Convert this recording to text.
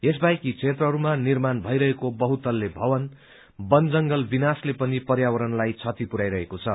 यस बाहेक यी क्षेत्रहरूमा निर्माण भइरहेको बहुतल्ले भवन वन जंगल विनाशले पनि पर्यावरणलाई क्षति पुराइरहेको छ